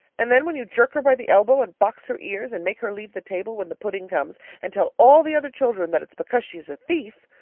and then when you jerk her by the elbow and box her ears, and make her leave the table when the pudding comes, and tell all the other children that it's because she's a thief,